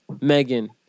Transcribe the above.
Megan